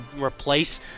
replace